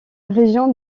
région